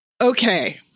Okay